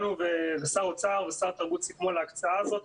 כשר שר האוצר ושר התרבות סיכמו על ההקצאה הזאת,